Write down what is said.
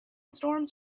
storms